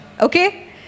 okay